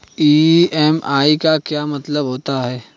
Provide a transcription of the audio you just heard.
EMI का क्या मतलब होता है?